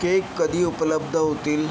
cake कधी उपलब्ध होतील